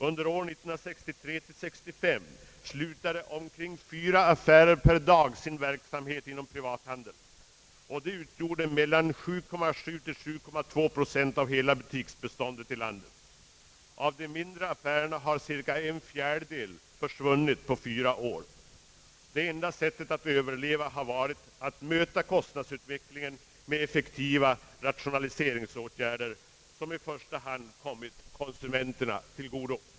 Under 1963—1965 slutade omkring fyra affärer per dag sin verksamhet inom den privata handeln, och de utgjorde mellan 7,2 och 7,7 procent av hela butiksbeståndet i landet. Av de mindre affärerna har cirka en fjärdedel försvunnit på fyra år. Det enda sättet att överleva har varit att möta kostnadsutvecklingen med effektiva rationaliseringsåtgärder som i första hand kommit konsumenterna till godo.